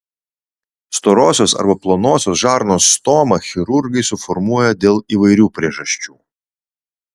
storosios arba plonosios žarnos stomą chirurgai suformuoja dėl įvairių priežasčių